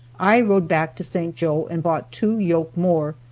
i rode back to st. joe and bought two yoke more,